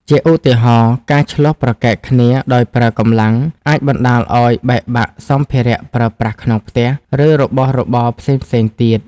ជាឧទាហរណ៍ការឈ្លោះប្រកែកគ្នាដោយប្រើកម្លាំង អាចបណ្ដាលឲ្យបែកបាក់សម្ភារៈប្រើប្រាស់ក្នុងផ្ទះ ឬរបស់របរផ្សេងៗទៀត។